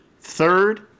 Third